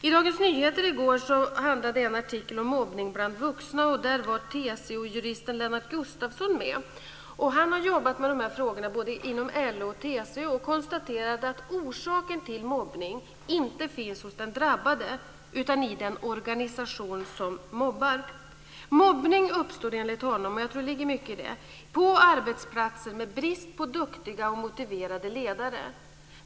I Dagens Nyheter i går handlade en artikel om mobbning bland vuxna. I artikeln nämns TCO juristen Lennart Gustafsson, som har jobbat med de här frågorna inom både LO och TCO och konstaterat att orsaken till mobbning inte finns hos den drabbade utan i den organisation som mobbar. Mobbning uppstår enligt honom - och jag tror att det ligger mycket i det - på arbetsplatser med brist på duktiga och motiverade ledare.